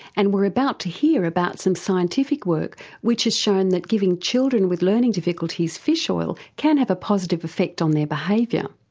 and we're about to hear about some scientific work which has shown that giving children with learning difficulties fish oil can have a positive affect on their behaviour.